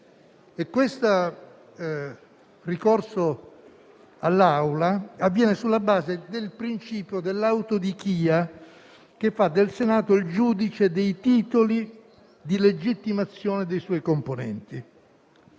Questo ricorso all'Assemblea avviene sulla base del principio dell'autodichia, che fa del Senato il giudice dei titoli di legittimazione dei suoi componenti.